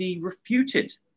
refuted